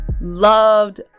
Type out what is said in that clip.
loved